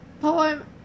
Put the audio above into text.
poem